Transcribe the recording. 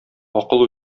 акыл